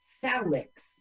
Salix